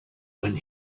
when